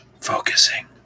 focusing